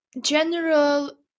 general